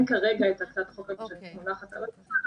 כרגע את הצעת החוק הזאת שמונחת על השולחן,